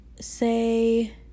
say